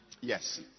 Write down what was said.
Yes